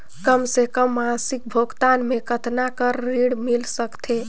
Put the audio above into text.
कम से कम मासिक भुगतान मे कतना कर ऋण मिल सकथे?